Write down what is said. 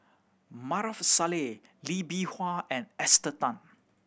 Maarof Salleh Lee Bee Wah and Esther Tan